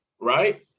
right